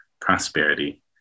prosperity